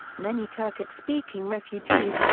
many turkic speaking refugees,